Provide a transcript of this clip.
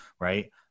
Right